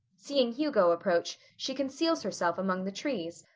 seeing hugo approach she conceals herself among the trees,